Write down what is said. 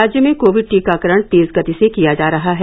राज्य में कोविड टीकाकरण तेज गति से किया जा रहा है